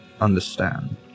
understand